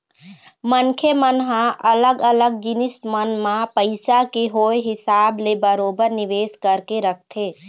मनखे मन ह अलग अलग जिनिस मन म पइसा के होय हिसाब ले बरोबर निवेश करके रखथे